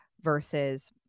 versus